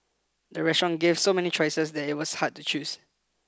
the restaurant gave so many choices that it was hard to choose